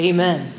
Amen